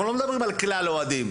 אנחנו לא מדברים על כלל האוהדים,